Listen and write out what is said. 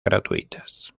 gratuitas